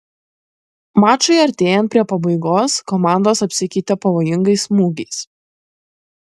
mačui artėjant prie pabaigos komandos apsikeitė pavojingais smūgiais